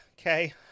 okay